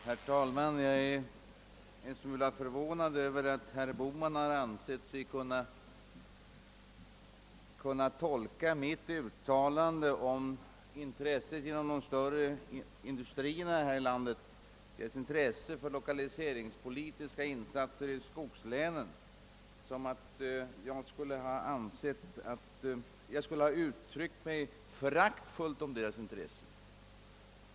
Herr talman! Jag är en smula förvånad över att herr Bohman har ansett sig kunna tolka mitt uttalande om de större industriernas intresse för lokaliseringspolitiska insatser i skogslänen så, att jag skulle ha uttryckt mig föraktfullt om deras intresse.